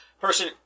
person